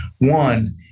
One